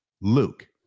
Luke